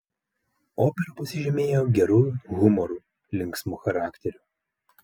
opera pasižymėjo geru humoru linksmu charakteriu